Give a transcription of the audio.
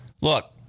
look